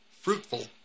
fruitful